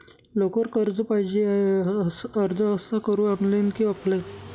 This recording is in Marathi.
लवकर कर्ज पाहिजे आहे अर्ज कसा करु ऑनलाइन कि ऑफलाइन?